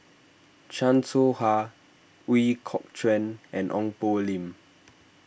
Chan Soh Ha Ooi Kok Chuen and Ong Poh Lim